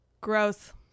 Gross